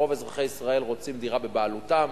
רוב אזרחי ישראל רוצים דירה בבעלותם,